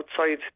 outside